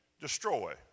destroy